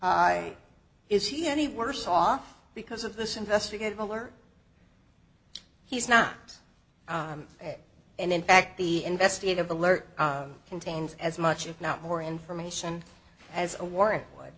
high is he any worse off because of this investigative alert he's not and in fact the investigative alert contains as much if not more information as a war